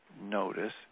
notice